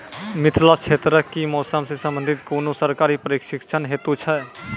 मिथिला क्षेत्रक कि मौसम से संबंधित कुनू सरकारी प्रशिक्षण हेतु छै?